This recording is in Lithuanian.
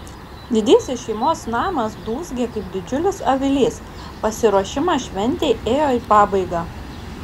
didysis šeimos namas dūzgė kaip didžiulis avilys pasiruošimas šventei ėjo į pabaigą